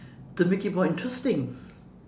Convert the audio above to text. to make it more interesting